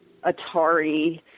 Atari